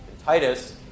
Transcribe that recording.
Titus